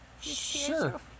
sure